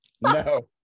no